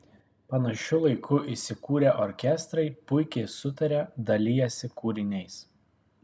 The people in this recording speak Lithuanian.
panašiu laiku įsikūrę orkestrai puikiai sutaria dalijasi kūriniais